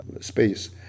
space